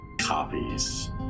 copies